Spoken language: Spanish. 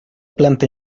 planta